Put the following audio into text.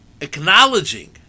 acknowledging